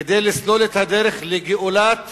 כדי לסלול את הדרך לגאולת